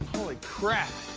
holy crap.